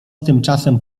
tymczasem